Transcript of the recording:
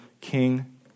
king